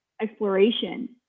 exploration